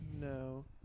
No